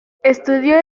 estudió